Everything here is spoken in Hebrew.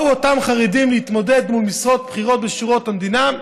באו אותם חרדים להתמודד על משרות בכירות בשירות המדינה,